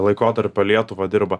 laikotarpio lietuva dirba